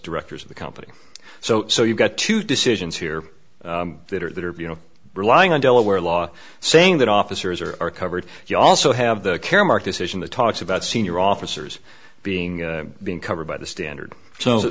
directors of the company so so you've got two decisions here that are that are you know relying on delaware law saying that officers are are covered you also have the caremark decision that talks about senior officers being being covered by the standard so